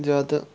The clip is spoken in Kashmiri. زیادٕ